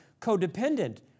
codependent